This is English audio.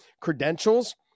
credentials